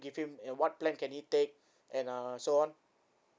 give him and what plan can he take and uh so on